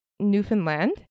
newfoundland